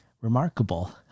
remarkable